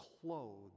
clothed